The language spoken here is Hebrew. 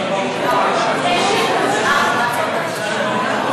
של חברת הכנסת עאידה